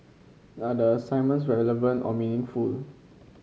are the assignments relevant or meaningful